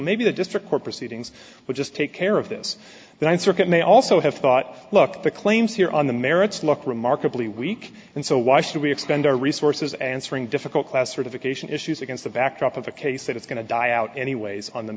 maybe the district court proceedings would just take care of this the ninth circuit may also have thought look the claims here on the merits look remarkably weak and so why should we expend our resources answering difficult classification issues against the backdrop of a case that it's going to die out anyways on the